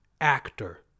actor